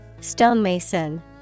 Stonemason